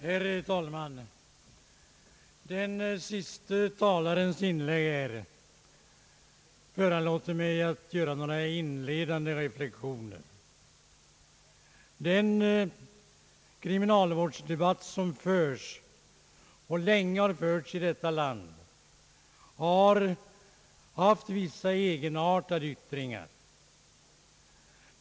Herr talman! Den senaste talarens inlägg föranleder mig att göra några inledande reflexioner. Den kriminalvårdsdebatt som förs och länge förts i detta land har fått vissa egenartade yttringar.